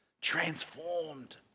transformed